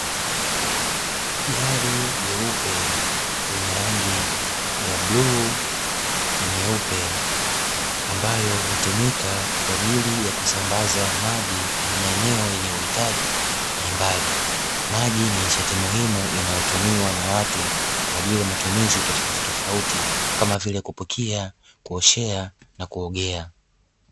Gari jeupe lenye rangi ya bluu na nyeupe, ambayo hutumika kwa ajili ya kusambaza maji kwenye maeneo yenye uhitaji mbalimbali. Maji ni nishati muhimu inayotumiwa na watu kwa ajili ya matumizi tofautitofauti, ma vile kupikia, kuoshea na kuogea.